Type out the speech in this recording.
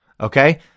okay